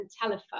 telephone